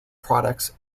products